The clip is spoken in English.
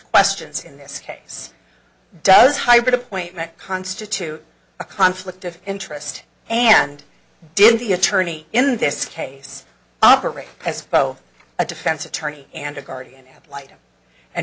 questions in this case does hybrid appointment constitute a conflict of interest and did the attorney in this case operate as a defense attorney and a guardian ad litum and